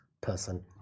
person